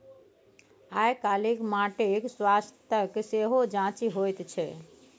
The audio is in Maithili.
आयकाल्हि माटिक स्वास्थ्यक सेहो जांचि होइत छै